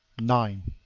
nine.